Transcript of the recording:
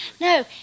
No